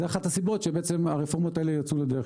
זאת אחת הסיבות ששתי הרפורמות האלה יצאו לדרך,